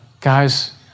Guys